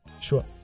Sure